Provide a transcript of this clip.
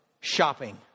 Shopping